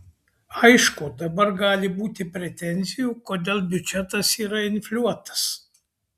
aišku dabar gali būti pretenzijų kodėl biudžetas yra infliuotas